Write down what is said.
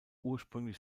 ursprünglich